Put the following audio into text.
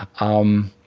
um,